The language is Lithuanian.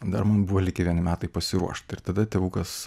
dar mum buvo likę vieni metai pasiruošt ir tada tėvukas